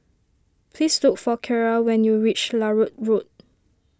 please look for Keira when you reach Larut Road